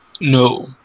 no